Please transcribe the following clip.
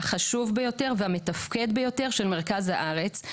החשוב ביותר והמתפקד ביותר של מרכז הארץ,